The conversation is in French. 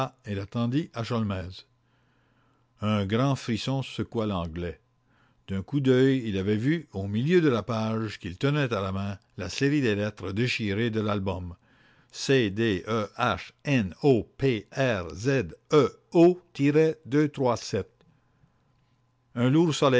et la tendit à sholmès un grand frisson secoua l'anglais d'un coup d'œil il avait vu au milieu de la page qu'il tenait à la main la série des lettres déchirées de l'album un lourd